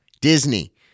Disney